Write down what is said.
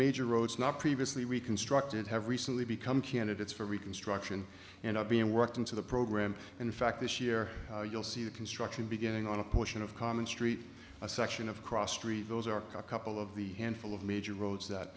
major roads not previously reconstructed have recently become candidates for reconstruction and are being worked into the program in fact this year you'll see the construction beginning on a portion of common street a section of cross street those are couple of the handful of major roads that